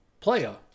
player